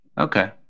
Okay